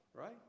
right